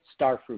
starfruit